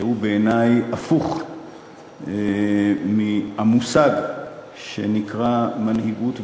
שהוא בעיני הפוך מהמושג שנקרא מנהיגות והובלה.